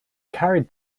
carried